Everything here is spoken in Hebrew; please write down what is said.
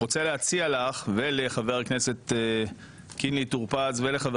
ורוצה להציע לך ולחבר הכנסת טור פז ולחבר